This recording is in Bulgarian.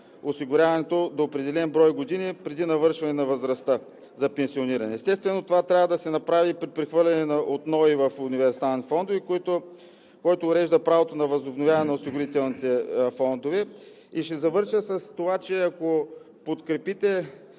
осигуряването до определен брой години преди навършване на възрастта за пенсиониране. Естествено, това трябва да се направи при прехвърляне от НОИ в универсалните фондове, който урежда правото на възобновяване на осигурителните фондове. И ще завърша с това, че ако подкрепите